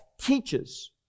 teaches